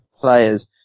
players